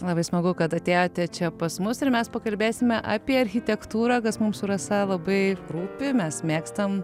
labai smagu kad atėjote čia pas mus ir mes pakalbėsime apie architektūrą kas mum su rasa labai rūpi mes mėgstam